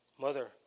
Mother